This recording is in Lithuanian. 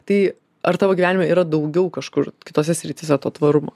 tai ar tavo gyvenime yra daugiau kažkur kitose srityse to tvarumo